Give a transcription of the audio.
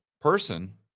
person